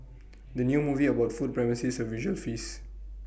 the new movie about food promises A visual feast